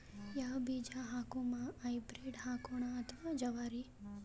ಯಾವ ಬೀಜ ಹಾಕುಮ, ಹೈಬ್ರಿಡ್ ಹಾಕೋಣ ಅಥವಾ ಜವಾರಿ?